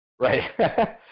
Right